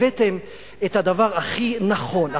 הבאתם את הדבר הכי נכון,